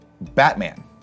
Batman